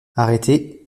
arrêté